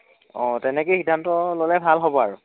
অ' তেনেকেই সিদ্ধান্ত ল'লেই ভাল হ'ব আৰু